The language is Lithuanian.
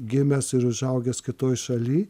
gimęs ir užaugęs kitoj šaly